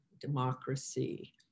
democracy